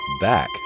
back